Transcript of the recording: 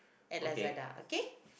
at Lazada okay